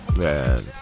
Man